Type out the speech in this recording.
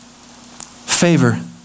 Favor